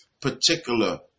particular